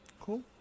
Cool